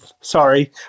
sorry